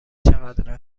چقدر